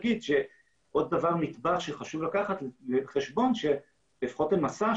עוד דבר שחשוב לקחת אותו בחשבון שלפחות בתוכנית מסע,